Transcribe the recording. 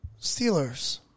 Steelers